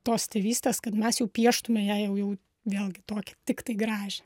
tos tėvystės kad mes jau pieštume ją jau jau vėlgi tokią tiktai gražią